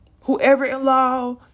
whoever-in-law